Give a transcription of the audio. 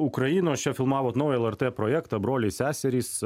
ukrainos čia filmavot naują lrt projektą broliai seserys